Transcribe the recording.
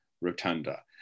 Rotunda